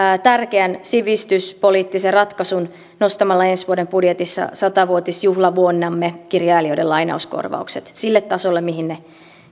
tärkeän sivistyspoliittisen ratkaisun nostamalla ensi vuoden budjetissa satavuotisjuhlavuonnamme kirjailijoiden lainauskorvaukset sille tasolle mihin ne